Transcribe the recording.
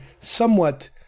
somewhat